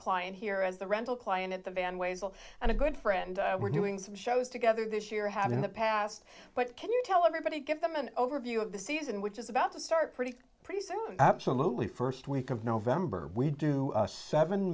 client here as the rental client at the van ways will and a good friend were doing some shows together this year have in the past but can you tell everybody give them an overview of the season which is about to start pretty pretty soon absolutely first week of november we do seven